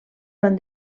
van